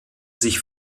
sich